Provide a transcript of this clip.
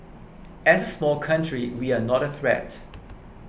as a small country we are not a threat